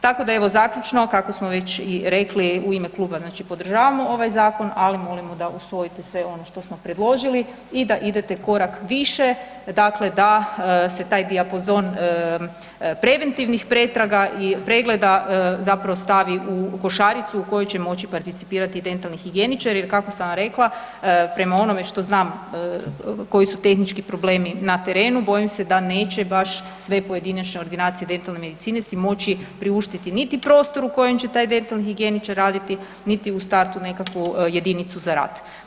Tako da evo zaključno kako smo već i rekli u ime kluba, znači podržavamo ovaj zakon, ali molimo da usvojite sve ono što smo predložili i da idete korak više, dakle da se taj dijapazon preventivnih pretraga i pregleda zapravo stavi u košaricu u kojoj će moći participirati i dentalni higijeničari jer kako sam rekla prema onome što znam koji su tehnički problemi na terenu bojim se da neće baš sve pojedinačne ordinacije dentalne medicine si moći priuštiti niti prostor u kojem će taj dentalni higijeničar raditi, niti u startu nekakvu jedinicu za rad.